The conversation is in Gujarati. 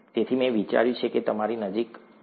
તેથી મેં વિચાર્યું કે તે તમારી નજીક હશે